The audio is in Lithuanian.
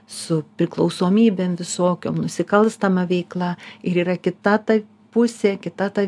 su priklausomybėm visokiom nusikalstama veikla ir yra kita ta pusė kita ta